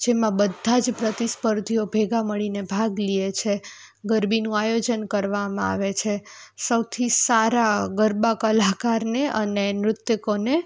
જેમાં બધાં જ પ્રતિસ્પર્ધીઓ ભેગા મળીને ભાગ લે છે ગરબીનું આયોજન કરવામાં આવે છે સૌથી સારા ગરબા કલાકારને અને નર્તકોને